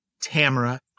Tamara